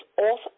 off